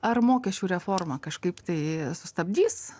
ar mokesčių reforma kažkaip tai sustabdys